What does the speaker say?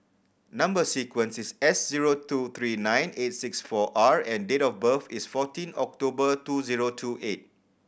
number sequence is S zero two three nine eight six four R and date of birth is fourteen October two zero two eight